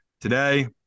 today